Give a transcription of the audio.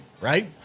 right